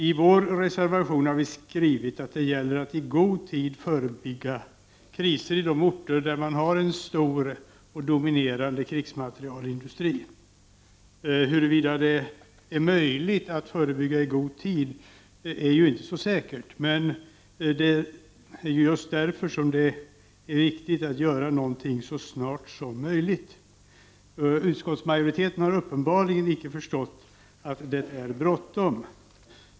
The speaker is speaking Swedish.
I vår reservation har vi skrivit att det gäller att i god tid förebygga kriser i de orter där man har en stor och dominerande krigsmaterielindustri. Huruvida det är möjligt att förebygga kriser i god tid är ju inte så säkert, men just därför är det viktigt att göra något så snart som möjligt. Utskottsmajoriteten har uppenbarligen icke förstått att det är bråttom.